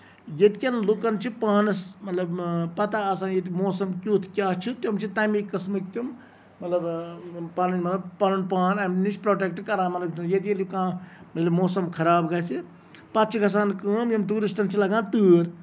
ییٚتہِ کٮ۪ن لُکن چھُ پانَس مطلب پَتہ آسان ییٚتہِ موسَم کیُتھ کیاہ چھُ تِم چھِ تَمہِ قٔسمٕکۍ تِم مطلب پَنٕنۍ مطلب یِم پَنُن پان اَمہِ نِش پروٹیکٹ کران مطلب ییٚتہِ ییٚلہِ کانہہ موسَم خرب گژھِ پَتہٕ چھِ گژھان کٲم یِم ٹوٗرِسٹن چھُ لگان تۭر